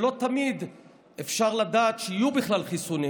שלא תמיד אפשר לדעת שיהיו בכלל חיסונים.